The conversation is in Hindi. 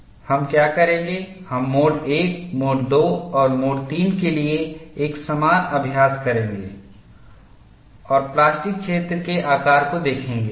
और हम क्या करेंगे हम मोड I मोड II और मोड III के लिए एक समान अभ्यास करेंगे और प्लास्टिक क्षेत्र के आकार को देखेंगे